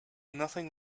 nothing